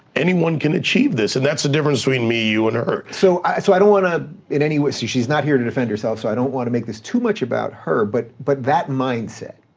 anyone could achieve this, and that's the difference between me, you, and her. so so i don't wanna in any way, so she's not here to defend herself, so i don't want to make this too much about her, but but that mindset,